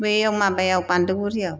बेयाव माबायाव बान्दोगुरियाव